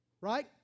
Right